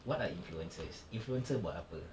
what are influencers influencers buat apa